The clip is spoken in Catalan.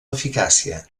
eficàcia